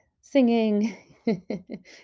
singing